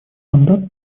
мандат